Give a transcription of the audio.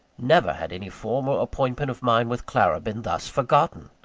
never had any former appointment of mine with clara been thus forgotten!